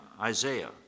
Isaiah